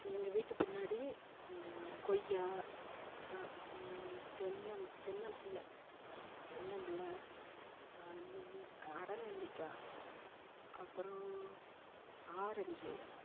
எங்கள் வீட்டு பின்னாடி கொய்யா தென்னம் தென்னம்பிள்ளை தென்னம்பிள்ளை அரை நெல்லிக்காய் அப்புறம் ஆரஞ்சு